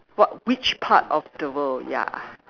what which part of the world ya